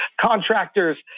contractors